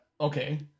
Okay